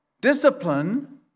Discipline